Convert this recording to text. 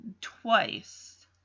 twice